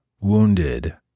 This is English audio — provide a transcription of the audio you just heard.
wounded